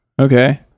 Okay